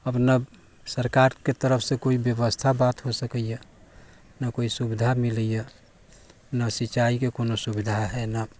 अब ना सरकारके तरफसँ कोइ व्यवस्था बात हो सकय ना कोइ सुविधा मिलैए ना सिंचाइके कोनो सुविधा हइ ना